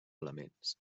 elements